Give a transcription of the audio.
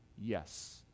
yes